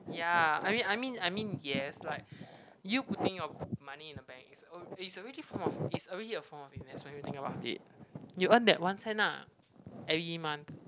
yeah I mean I mean I mean yes like you putting your money in a bank is al~ is already a form of is already a form of investment you think about it you earn that one cent ah every month